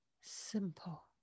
simple